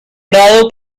prado